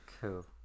Cool